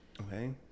Okay